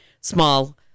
small